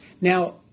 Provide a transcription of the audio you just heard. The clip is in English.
Now